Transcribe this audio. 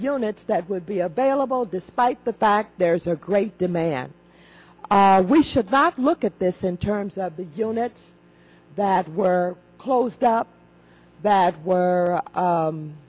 units that would be a bailable despite the fact there's a great demand we should not look at this in terms of the units that were closed up that were